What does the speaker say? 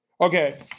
okay